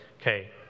Okay